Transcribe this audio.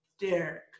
Derek